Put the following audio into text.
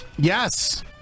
Yes